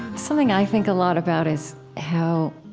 something i think a lot about is how,